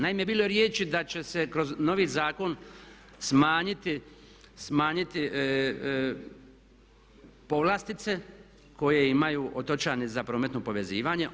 Naime, bilo je riječi da će se kroz novi zakon smanjiti povlastice koje imaju otočani za prometnu povezanost.